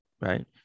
right